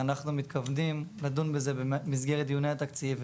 אנחנו מתכוונים לדון בזה במסגרת דיוני התקציב.